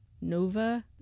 Nova